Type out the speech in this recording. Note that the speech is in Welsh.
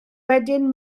wedyn